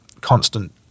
constant